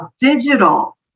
digital